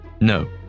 no